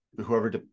whoever